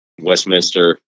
Westminster